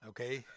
Okay